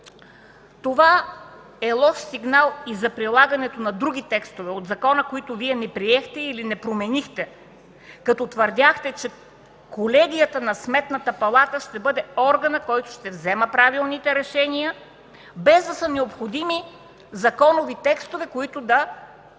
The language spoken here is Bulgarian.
Това е лош сигнал и за прилагането на други текстове от закона, които Вие не приехте или не променихте, като твърдяхте, че колегията на Сметната палата ще бъде органът, който ще взема правилните решения, без да са необходими законови текстове, които да регулират